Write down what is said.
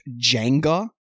Jenga